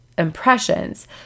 impressions